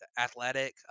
athletic